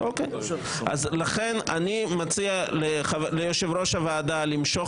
לכן אני מציע ליושב-ראש הוועדה למשוך